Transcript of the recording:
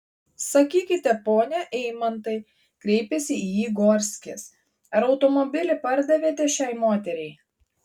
sakykite pone eimantai kreipėsi į jį gorskis ar automobilį pardavėte šiai moteriai